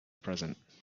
present